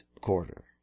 quarter